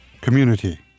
Community